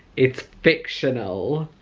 it's fictional,